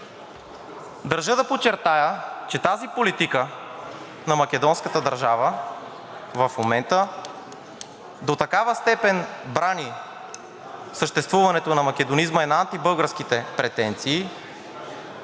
Държа да подчертая, че тази политика на македонската държава в момента до такава степен брани съществуването на македонизма и на антибългарските претенции,